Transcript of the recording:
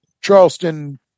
charleston